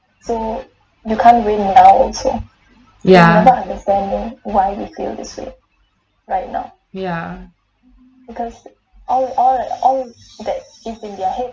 ya ya